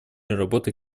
работой